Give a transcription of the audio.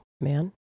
man